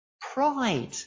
Pride